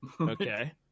Okay